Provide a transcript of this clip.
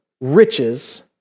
riches